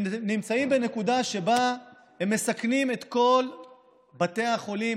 הם נמצאים בנקודה שבה הם מסכנים את כל בתי החולים,